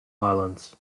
islands